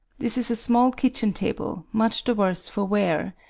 this is a small kitchen table, much the worse for wear,